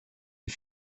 est